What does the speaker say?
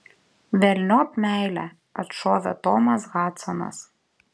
velniop meilę atšovė tomas hadsonas